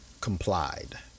complied